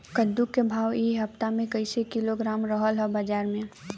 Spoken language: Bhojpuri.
कद्दू के भाव इ हफ्ता मे कइसे किलोग्राम रहल ह बाज़ार मे?